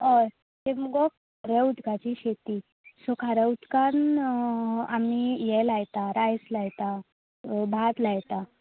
हय तें मगो खाऱ्या उदकाची शेती सो खाऱ्या उदकांत आमी हें लायता रायस लायता भात लायता